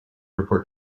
report